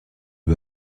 les